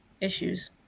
issues